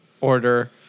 order